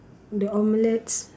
the omelette's